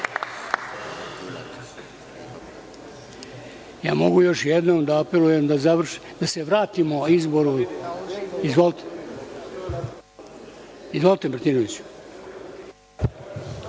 Ja mogu još jednom da apelujem da se vratimo izboru. Izvolite, gospodine Martinoviću.